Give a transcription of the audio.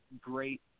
great